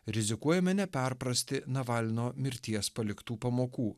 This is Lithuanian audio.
rizikuojame neperprasti navalno mirties paliktų pamokų